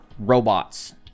Robots